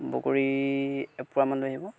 বগৰী এপোৱামান লৈ আহিব